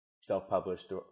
self-published